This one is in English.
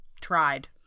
tried